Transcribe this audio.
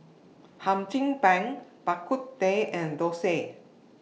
Hum Chim Peng Bak Kut Teh and Thosai